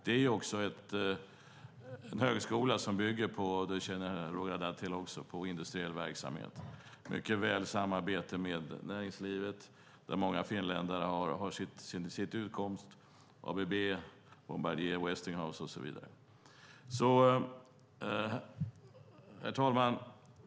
Det är en högskola, och det känner också Roger Haddad till, som bygger på industriell verksamhet. Det finns ett mycket väl fungerande samarbete med näringslivet där många finländare har sin utkomst. Det handlar om ABB, Bombardier, Westinghouse, och så vidare. Herr talman!